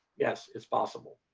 yes, it's possible.